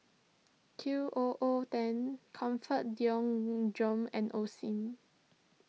Q O O ten Comfort and Osim